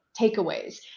takeaways